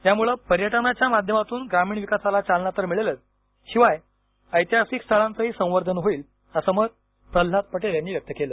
यामुळे पर्यटनाच्या माध्यमातून ग्रामीण विकासाला चालना तर मिळेलच शिवाय ऐतिहासिक स्थळांचंही संवर्धन होईल असं मत प्रल्हाद पटेल यांनी व्यक्त केलं